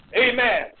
Amen